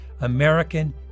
American